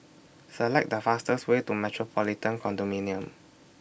Select The fastest Way to Metropolitan Condominium